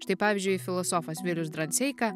štai pavyzdžiui filosofas vilius dranseika